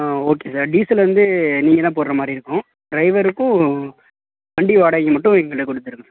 ஆ okay sir diesel வந்து நீங்கள் தான் போடுகிற மாதிரி இருக்கும் ட்ரைவருக்கும் வண்டி வாடகை மட்டும் எங்கள்கிட்ட கொடுத்துருங்க சார்